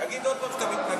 תגיד עוד פעם שאתה מתנגד.